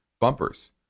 bumpers